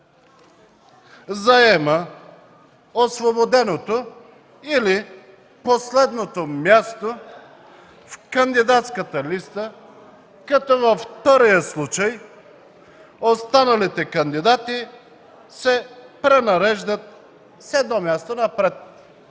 заема освободеното или последното място в кандидатската листа, като във втория случай останалите кандидати се пренареждат с едно място напред”.